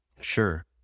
sure